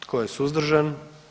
Tko je suzdržan?